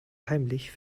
heimlich